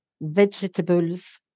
vegetables